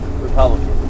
Republican